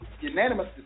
unanimous